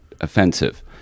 offensive